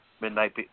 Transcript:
Midnight